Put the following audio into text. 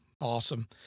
Awesome